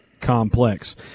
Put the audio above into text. Complex